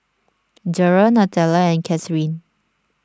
Durrell Natalia and Katheryn